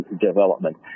development